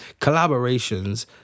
collaborations